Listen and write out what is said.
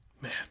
Man